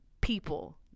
people